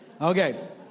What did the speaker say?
Okay